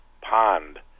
pond